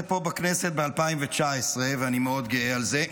פה בכנסת ב-2019 ואני מאוד גאה על זה.